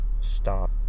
stop